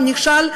נכשל,